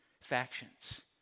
factions